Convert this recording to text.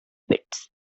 bits